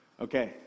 Okay